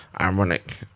ironic